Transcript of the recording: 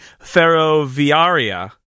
ferroviaria